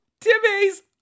Timmy's